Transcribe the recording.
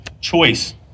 choice